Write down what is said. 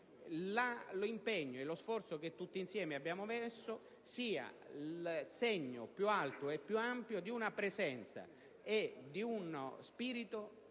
l'impegno e lo sforzo che tutti insieme abbiamo messo siano il segno più alto e più ampio di una presenza e di un vero